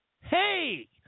Hey